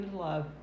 love